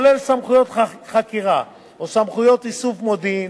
כולל סמכויות חקירה או סמכויות איסוף מודיעין,